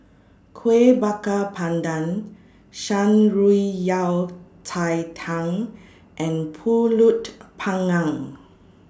Kueh Bakar Pandan Shan Rui Yao Cai Tang and Pulut Panggang